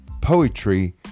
Poetry